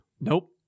Nope